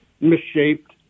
misshaped